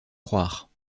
croire